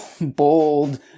bold